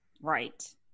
Right